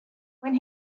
when